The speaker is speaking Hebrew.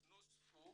נוספו